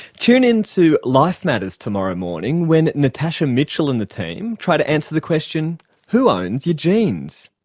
tune in to life matters tomorrow morning when natasha mitchell and the team try to answer the question who owns your genes?